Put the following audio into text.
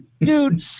Dude